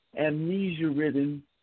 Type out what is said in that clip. amnesia-ridden